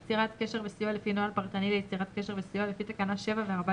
יצירת קשר וסיוע לפי נוהל פרטני ליצירת קשר וסיוע לפי תקנה 7 ו-14,